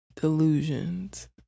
delusions